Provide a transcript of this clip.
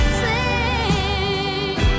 sing